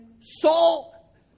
Saul